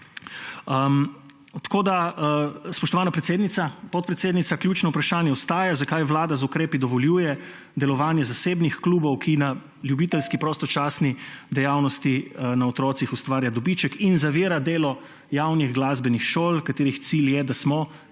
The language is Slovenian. opozorili. Spoštovana podpredsednica, ključno vprašanje ostaja, zakaj Vlada z ukrepi dovoljuje delovanje zasebnih klubov, ki na ljubiteljski, prostočasni dejavnosti na otrocih ustvarja dobiček, in zavira delo javnih glasbenih šol, katerih cilj je, da smo